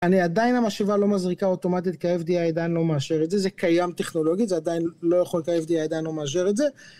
אני עדיין המשאבה לא מזריקה אוטומטית, כי ה-FDA עדיין לא מאשר את זה, זה קיים טכנולוגית, זה עדיין לא יכול, כי ה-FDA עדיין לא מאשר את זה.